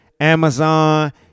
amazon